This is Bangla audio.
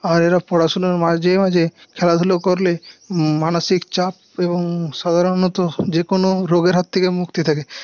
আর এরা পড়াশুনোর মাঝে মাঝে খেলাধুলো করলে মানসিক চাপ এবং সাধারনত যে কোনো রোগের হাত থেকে মুক্তি থাকে